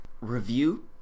review